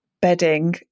bedding